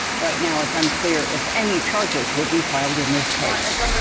right now it's unclear if any charges will be filed in this case.